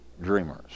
dreamers